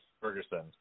Ferguson